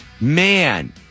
man